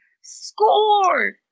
score